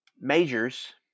majors